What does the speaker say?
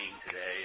today